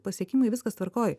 pasiekimai viskas tvarkoj